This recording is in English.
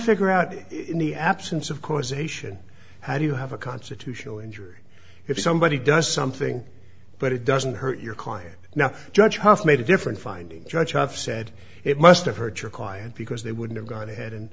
figure out in the absence of causation how do you have a constitutional injury if somebody does something but it doesn't hurt your client now judge has made a different finding judge have said it must have hurt your client because they wouldn't have gone ahead and